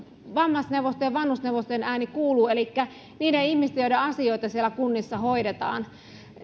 vammaisneuvostojen ja vanhusneuvostojen ääni kuuluu elikkä niiden ihmisten joiden asioita siellä kunnissa hoidetaan